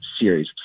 series